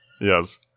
Yes